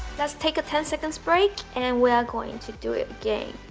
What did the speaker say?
let's take a ten seconds break and we are going to do it again